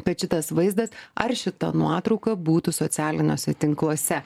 kad šitas vaizdas ar šita nuotrauka būtų socialiniuose tinkluose